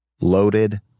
loaded